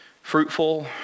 fruitful